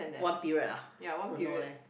one period ah don't know leh